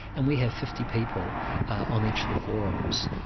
and we have fifty people on each of the forums.